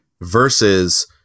versus